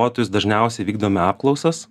darbuotojus dažniausiai vykdome apklausas